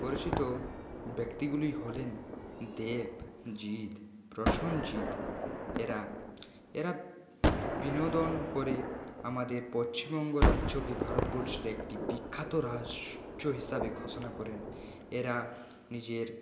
পরিচিত ব্যক্তিগুলি হলেন দেব জিৎ প্রসনজিৎ এরা এরা বিনোদন করে আমাদের পশ্চিমবঙ্গ রাজ্যকে ভারতবর্ষের একটি বিখ্যাত রাষ্ট্র হিসাবে ঘোষণা করেন এরা নিজের